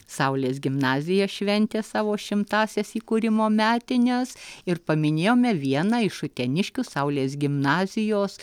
saulės gimnazija šventė savo šimtąsias įkūrimo metines ir paminėjome vieną iš uteniškių saulės gimnazijos